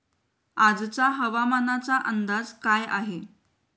आजचा हवामानाचा अंदाज काय आहे?